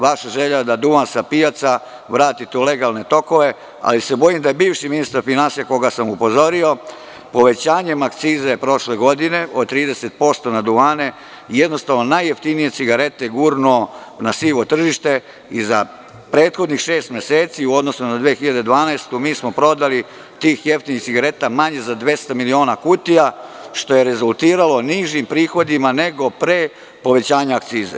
Vaša želja je da duvan sa pijaca vratite u legalne tokove ali se bojim da je bivši ministar finansija koga sam upozorio povećanjem akcize prošle godine od 30% na duvane jednostavno najjeftinije cigarete gurnuo na sivo tržište i za prethodnih šest meseci u odnosu na 2012. godinu mi smo prodali tih jeftinih cigareta manje za 200 miliona kutija što je rezultiralo nižim prihodima nego pre povećanja akcize.